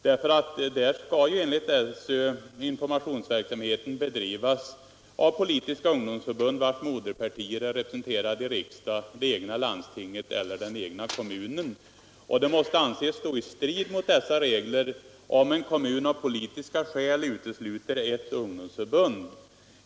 Enligt SÖ skall ju informationsverksamheten bedrivas av politiska ungdomsförbund vilkas moderpartier är representerade i riksdagen, det egna landstinget eller den egna kommunen. Det måste anses stå i strid med dessa regler om en kommun av politiska skäl utesluter ett ungdomsförbund.